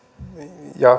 ja